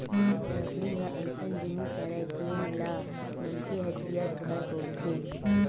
लकड़ी ह अइसन जिनिस हरय जेन ल मनखे ह जियत भर बउरथे